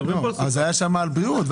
היה שם סימון על בריאות,